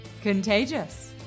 contagious